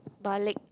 balik